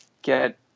get